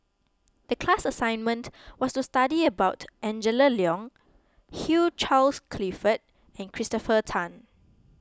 the class assignment was to study about Angela Liong Hugh Charles Clifford and Christopher Tan